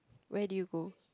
where did you go